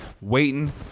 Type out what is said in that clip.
Waiting